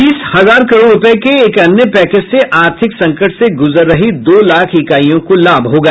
बीस हजार करोड रुपए के एक अन्य पैकेज से आर्थिक संकट से गूजर रही दो लाख इकाइयों को लाभ होगा